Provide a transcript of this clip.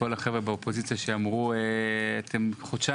לכל החבר'ה באופוזיציה שאמרו: חודשיים